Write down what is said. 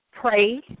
Pray